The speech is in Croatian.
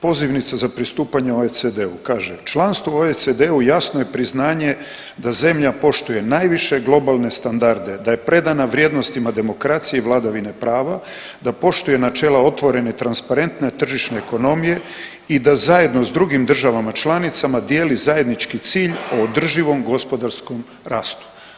Pozivnica za pristupanje OECD-u kaže, članstvo u OECD-u jasno je priznanje da zemlja poštuje najviše globalne standarde, da je predana vrijednostima demokracije i vladavine prava, da poštuje načela otvorene, transparentne tržišne ekonomije i da zajedno s drugim državama članicama dijeli zajednički cilj o održivom gospodarskom rastu.